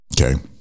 Okay